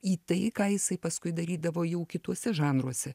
į tai ką jisai paskui darydavo jau kituose žanruose